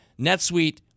NetSuite